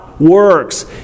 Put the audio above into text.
works